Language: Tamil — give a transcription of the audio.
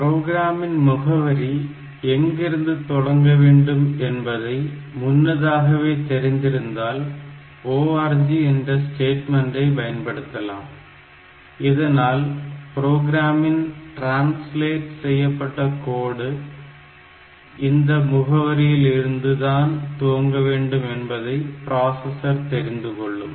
ப்ரோக்ராமின் முகவரி எங்கிருந்து துவங்க வேண்டும் என்பதை முன்னதாகவே தெரிந்திருந்தால் ORG என்ற ஸ்டேட்மன்ரை பயன்படுத்தலாம் இதனால் ப்ரோக்ராமின் டிரான்ஸ்லேட் செய்யப்பட்ட கோடு இந்த முகவரியில் இருந்து தான் துவங்க வேண்டும் என்பதை பிராசஸர் தெரிந்துகொள்ளும்